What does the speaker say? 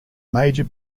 major